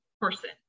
person